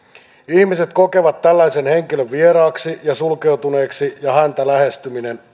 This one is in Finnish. ihmiset kokevat tällaisen henkilön vieraaksi ja sulkeutuneeksi ja häntä lähestyminen